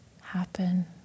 happen